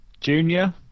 Junior